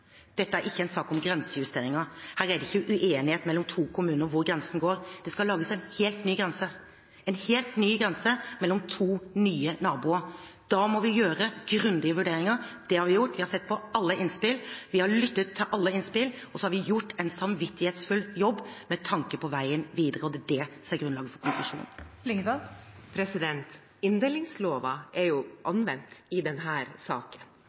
Dette er ikke en sak om grensejusteringer. Her er det ikke uenighet mellom to kommuner om hvor grensen går. Det skal lages en helt ny grense mellom to nye naboer. Da må vi gjøre grundige vurderinger. Det har vi gjort. Vi har sett på alle innspill, vi har lyttet til alle innspill, og så har vi gjort en samvittighetsfull jobb Presidenten: med tanke på veien videre. Og det er det som er grunnlaget for konklusjonen. Åsunn Lyngedal – til oppfølgingsspørsmål. Inndelingsloven er anvendt i denne saken. Lokaldemokratiene i